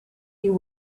you